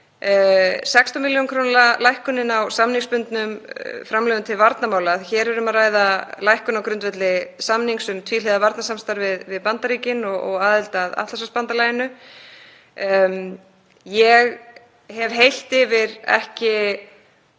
16 millj. kr. lækkunin á samningsbundnum framlögum til varnarmála; hér er um að ræða lækkun á grundvelli samnings um tvíhliða varnarsamstarf við Bandaríkin og aðild að Atlantshafsbandalaginu. Ég hef heilt yfir ekki